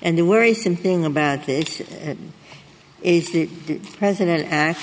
thing the president and